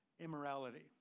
immorality